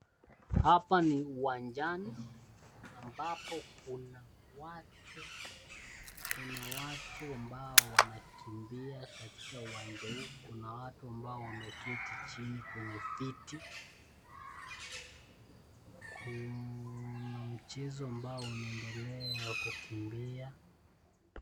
Hapa ni uwanjani ambapo kuna watu, kuna watu ambao wanakimbia katika uwanja huu, kuna watu ambao wameketi chini kwenye viti, kuna mchezo ambao unaendelea wa kukimbia.